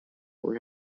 for